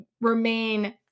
remain